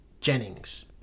Jennings